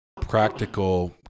practical